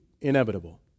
inevitable